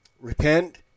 repent—